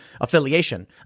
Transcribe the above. affiliation